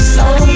Slow